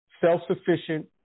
self-sufficient